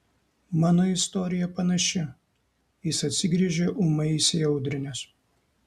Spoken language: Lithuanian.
mano istorija panaši jis atsigręžė ūmai įsiaudrinęs